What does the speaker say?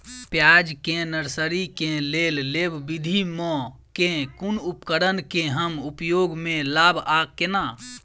प्याज केँ नर्सरी केँ लेल लेव विधि म केँ कुन उपकरण केँ हम उपयोग म लाब आ केना?